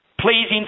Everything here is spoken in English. pleasing